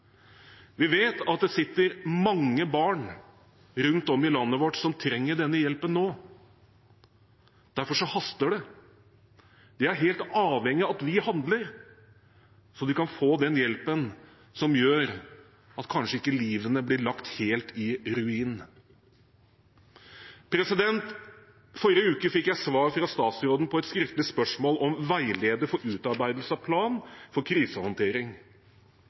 Vi vet at det sitter mange barn rundt om i landet vårt som trenger denne hjelpen nå. Derfor haster det. De er helt avhengige av at vi handler, slik at de kan få den hjelpen som kan gjøre at livet kanskje ikke blir lagt helt i ruiner. I forrige uke fikk jeg svar fra statsråden på et skriftlig spørsmål om «Veileder for utarbeidelse av plan for krisehåndtering.